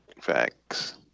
Facts